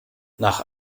nach